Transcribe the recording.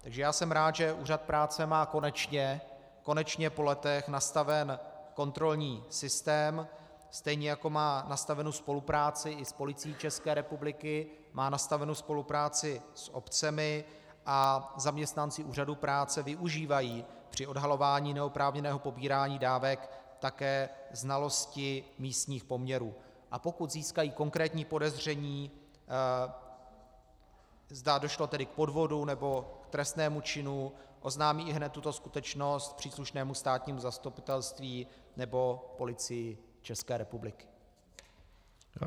Takže já jsem rád, že Úřad práce má konečně, konečně po letech nastaven kontrolní systém, stejně jako má nastavenu spolupráci i s Policií ČR, má nastavenu spolupráci s obcemi a zaměstnanci Úřadu práce využívají při odhalování neoprávněného pobírání dávek také znalosti místních poměrů, a pokud získají konkrétní podezření, zda došlo k podvodu nebo trestnému činu, oznámí ihned tuto skutečnost příslušnému státnímu zastupitelství nebo Policii ČR.